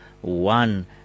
one